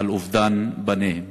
על אובדן בניהן,